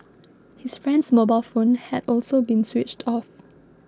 his friend's mobile phone had also been switched off